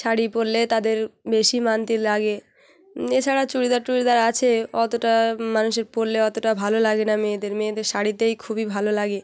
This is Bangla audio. শাড়ি পরলে তাদের বেশি মানতির লাগে এছাড়া চুড়িদার টুড়িদার আছে অতোটা মানুষের পরলে অতোটা ভালো লাগে না মেয়েদের মেয়েদের শাড়িতেই খুবই ভালো লাগে